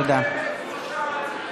הממשלה באמת מרשה,